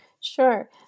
Sure